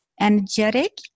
energetic